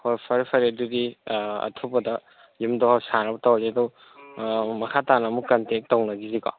ꯍꯣꯏ ꯐꯔꯦ ꯐꯔꯦ ꯑꯗꯨꯗꯤ ꯑꯊꯨꯕꯗ ꯌꯨꯝꯗꯣ ꯁꯥꯅꯕ ꯇꯧꯔꯁꯦ ꯑꯗꯣ ꯃꯈꯥ ꯇꯥꯅ ꯑꯃꯨꯛ ꯀꯟꯇꯦꯛ ꯇꯧꯅꯒꯤꯁꯤꯀꯣ